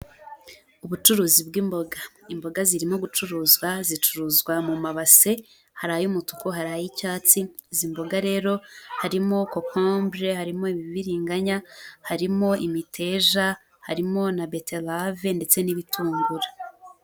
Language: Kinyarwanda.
Ubucuruzi bw'imboga, imboga zirimo gucuruzwa, zicuruzwa mu mabase, hari ay'umutuku, hari ay'icyatsi, izi mboga rero harimo kokombure, harimo ibibiringanya, harimo imiteja, harimo na beterave, ndetse n'ibitunguru.